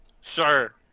Sure